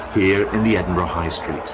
here in the edinburgh high street.